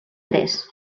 tres